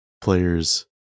players